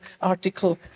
article